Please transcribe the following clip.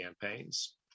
campaigns